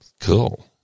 Cool